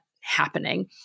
happening